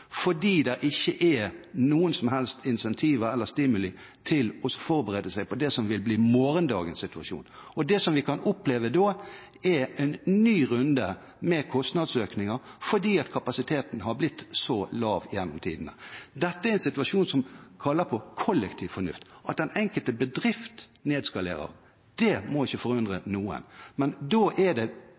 fordi det ikke er noen som helst incentiver eller stimuli til å forberede seg på det som vil bli morgendagens situasjon. Det vi kan oppleve da, er en ny runde med kostnadsøkninger fordi kapasiteten har blitt så lav gjennom tidene. Dette er en situasjon som kaller på kollektiv fornuft. At den enkelte bedrift nedskalerer, det må ikke forundre noen. Da er det